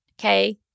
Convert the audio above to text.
Okay